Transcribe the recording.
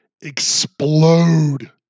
explode